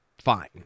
fine